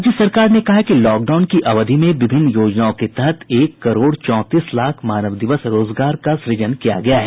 राज्य सरकार ने कहा है कि लॉकडाउन की अवधि में विभिन्न योजनाओं के तहत एक करोड़ चौंतीस लाख मानव दिवस रोजगार का सुजन किया गया है